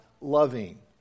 loving